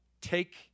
take